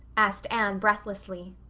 asked anne breathlessly.